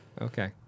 okay